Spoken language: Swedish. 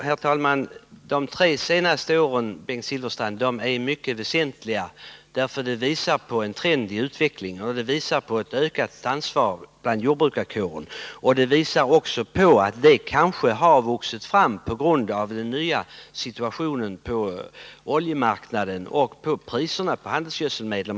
Herr talman! De tre senaste åren är mycket väsentliga, Bengt Silfverstrand, därför att de visar på en trend i utvecklingen och på ett ökat ansvar inom jordbrukarkåren. Det ansvaret har kanske vuxit fram på grund av den nya situationen på oljemarknaden och genom prisutvecklingen beträffande handelsgödselmedel.